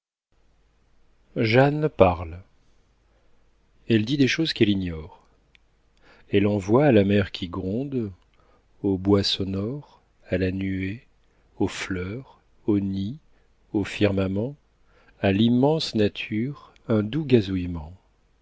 jeanne parle elle dit des choses qu'elle ignore elle envoie à la mer qui gronde au bois sonore a la nuée aux fleurs aux nids au firmament a l'immense nature un doux